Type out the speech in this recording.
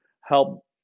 help